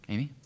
Amy